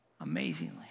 Amazingly